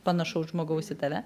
panašaus žmogaus į tave